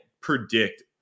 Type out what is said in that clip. predict